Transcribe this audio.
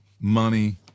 money